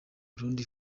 burundi